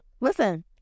Listen